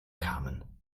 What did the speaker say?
kamen